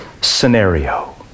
scenario